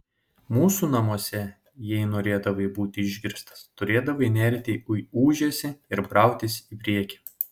mūsų namuose jei norėdavai būti išgirstas turėdavai nerti į ūžesį ir brautis į priekį